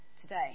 today